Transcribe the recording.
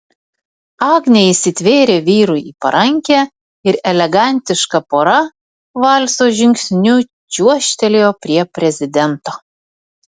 agnė įsitvėrė vyrui į parankę ir elegantiška pora valso žingsniu čiuožtelėjo prie prezidento